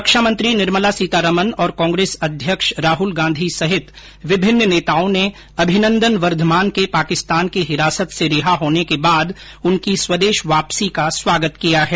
रक्षा मंत्री निर्मला सीतारमण और कांग्रेस अध्यक्ष राहुल गांधी सहित विभिन्न नेताओं ने अभिनंदन वर्धमान के पाकिस्तान की हिरासत से रिहा होने के बाद उनकी स्वदेश वापसी का स्वागत किया है